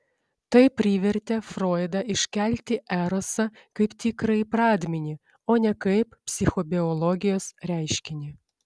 tai privertė froidą iškelti erosą kaip tikrąjį pradmenį o ne kaip psichobiologijos reiškinį